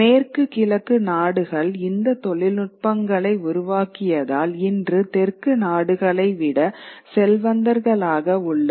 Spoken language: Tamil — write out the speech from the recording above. மேற்கு கிழக்கு நாடுகள் இந்த தொழில்நுட்பங்களை உருவாக்கியதால் இன்று தெற்கு நாடுகளை விட செல்வந்தர்களாக உள்ளது